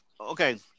Okay